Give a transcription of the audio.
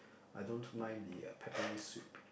I don't mind the uh peppery soup